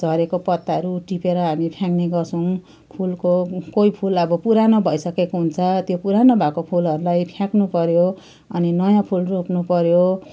झरेको पत्ताहरू टिपेर हामी फ्याँक्ने गर्छौँ फुलको कोही फुल अब पुरानो भइसकेको हुन्छ त्यो पुरानो भएको फुलहरूलाई फ्याँक्नु पर्यो अनि नयाँ फुल रोप्नु पर्यो